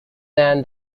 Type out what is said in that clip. than